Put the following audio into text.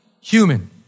human